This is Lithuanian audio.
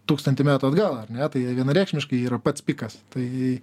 tūkstantį metų atgal ar ne tai vienareikšmiškai yra pats pikas tai